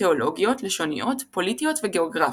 תאולוגיות, לשוניות, פוליטיות וגאוגרפיות.